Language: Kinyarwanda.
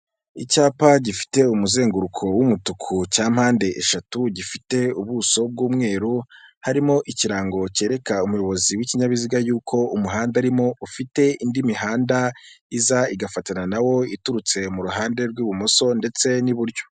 Icyapa gifite umuzenguruko w'umutuku cya mpande eshatu gifite ubuso bw'umweru, harimo ikirango cyereka umuyobozi w'ikinyabiziga y'uko, umuhanda urimo ufite indi mihanda iza igafatanana nawo iturutse mu ruhande rw'ibumoso ndetse n'iburyo.